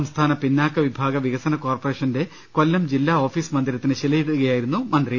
സംസ്ഥാന പിന്നോക്ക വിഭാഗ വികസന കോർപറേഷന്റെ കൊല്ലം ജില്ലാ ഓഫീസ് മന്ദിരത്തിന് ശിലയിടുകയായിരുന്നു അദ്ദേഹം